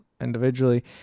individually